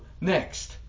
next